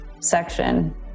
section